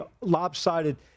lopsided